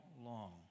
long